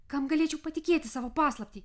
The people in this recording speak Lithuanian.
kam galėčiau patikėti savo paslaptį